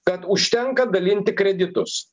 kad užtenka dalinti kreditus